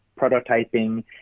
prototyping